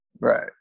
right